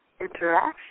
interaction